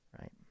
right